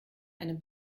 einem